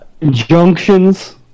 Injunctions